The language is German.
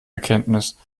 erkenntnis